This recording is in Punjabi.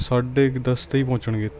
ਸਾਢੇ ਕੁ ਦਸ ਤਾਈਂ ਪਹੁੰਚਣਗੇ